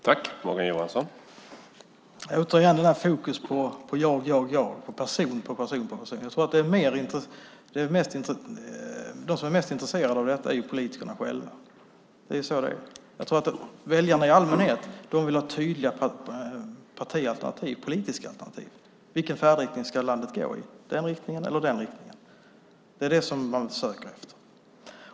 Herr talman! Det är återigen fokus på jag, jag och jag, på person, person och person. De som är mest intresserade av detta är politikerna själva. Det är så det är. Väljarna i allmänhet vill ha tydliga partialternativ, politiska alternativ. Vilken färdriktning ska landet gå i, den riktningen eller den riktningen? Det är det man söker efter.